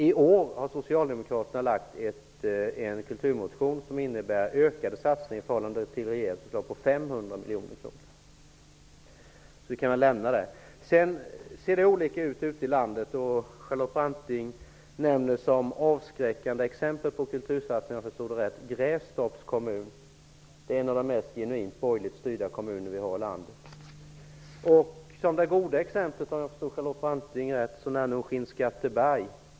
I år har Socialdemokraterna väckt en kulturmotion, som innebär ökade satsningar i förhållande till regeringen på 500 miljoner kronor. Det ser olika ut på olika håll ute i landet. Charlotte Branting nämner som avskräckande exempel på kultursatsningar, om jag förstått det hela rätt, Grästorps kommun -- en av de mest genuint borgerligt styrda kommunerna. Som ett bra exempel, om jag också här har förstått Charlotte Branting rätt, anförs Skinnskatteberg.